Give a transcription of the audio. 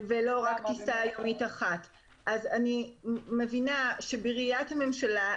ושלא תהיה פה כניסה --- אני חושב שברגע שעשו חברה אחת,